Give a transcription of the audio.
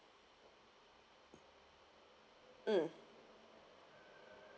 mm